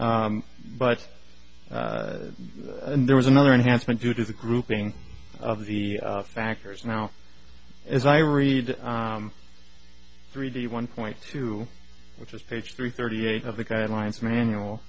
me but there was another enhancement due to the grouping of the factors now as i read three d one point two which is page three thirty eight of the guidelines manual